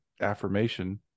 affirmation